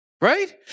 Right